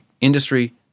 industry